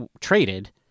traded